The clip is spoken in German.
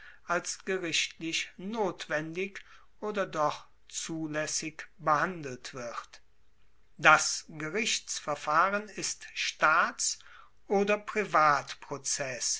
als gerichtlich notwendig oder doch zulaessig behandelt wird das gerichtsverfahren ist staats oder